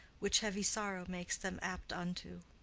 which heavy sorrow makes them apt unto.